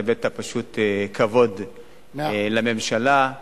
הבאת פשוט כבוד לממשלה,